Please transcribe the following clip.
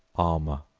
armor,